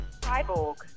Cyborg